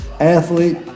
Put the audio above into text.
athlete